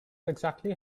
exactly